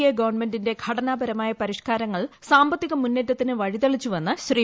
A ഗവൺമെന്റിന്റെ ഘടനാപരമായ പരിഷ്ക്കാരങ്ങൾ സാമ്പത്തിക മുന്നേറ്റത്തിന് വഴി തെളിച്ചുവെന്ന് ശ്രീ